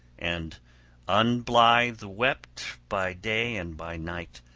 and unblithe wept by day and by night,